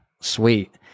sweet